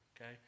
Okay